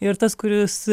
ir tas kuris